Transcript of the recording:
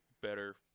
better